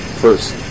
first